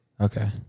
Okay